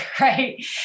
right